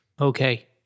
Okay